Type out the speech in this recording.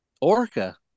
Orca